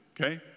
okay